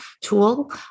tool